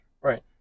right